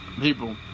people